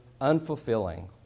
unfulfilling